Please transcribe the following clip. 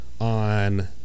on